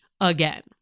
again